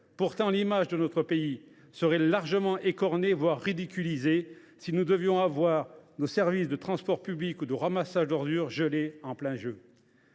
Pourtant, l’image de notre pays serait largement écornée, voire ridiculisée, si nous devions voir nos services de transports publics ou de ramassage d’ordures gelés en plein